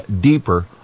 deeper